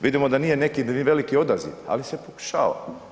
Vidimo da nije neki veliki odaziv, ali se pokušava.